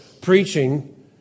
preaching